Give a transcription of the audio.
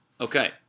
Okay